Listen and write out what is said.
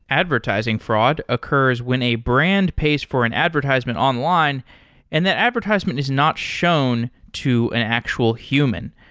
advertising fraud occurs when a brand pays for an advertisement online and that advertisement is not shown to an actual human.